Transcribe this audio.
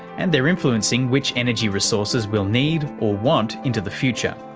and they're influencing which energy resources we'll need or want into the future.